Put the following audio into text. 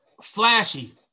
flashy